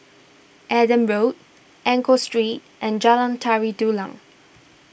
Adam Road Enggor Street and Jalan Tari Dulang